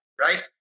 right